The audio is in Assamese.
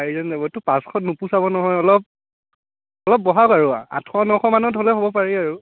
চাৰিজন যাবতো পাঁচশত নোপোচাব নহয় অলপ অলপ বঢ়াওক আৰু আঠশ নশ মানত হ'লে হ'ব পাৰি আৰু